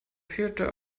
vierte